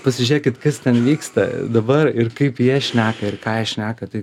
pasižiūrėkit kas ten vyksta dabar ir kaip jie šneka ir ką jie šneka tai